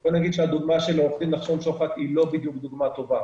בואו נגיד שהדוגמה של עו"ד נחשון שוחט היא לא בדיוק דוגמה טובה.